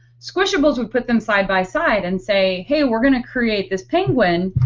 squishables would put them side by side and say, hey we're gonna create this penguin.